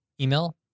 email